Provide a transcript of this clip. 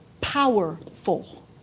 powerful